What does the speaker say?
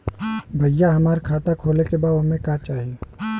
भईया हमार खाता खोले के बा ओमे का चाही?